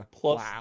Plus